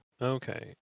okay